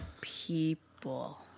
people